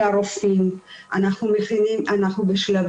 דברים הללו